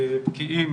בקיאים